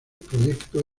proyecto